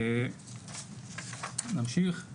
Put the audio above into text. נמשיך,